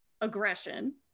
aggression